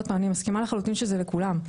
אני מסכימה לחלוטין שזה בשביל כולם,